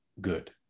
good